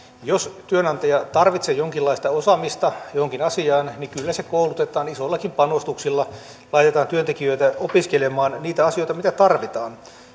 työnantaja tarvitsee jonkinlaista osaamista johonkin asiaan niin kyllä koulutetaan isoillakin panostuksilla laitetaan työntekijöitä opiskelemaan niitä asioita mitä tarvitaan